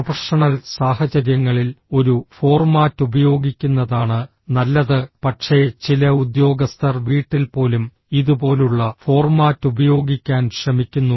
professional സാഹചര്യങ്ങളിൽ ഒരു format ഉപയോഗിക്കുന്നതാണ് നല്ലത് പക്ഷേ ചില ഉദ്യോഗസ്ഥർ വീട്ടിൽ പോലും ഇതുപോലുള്ള ഫോർമാറ്റ് ഉപയോഗിക്കാൻ ശ്രമിക്കുന്നു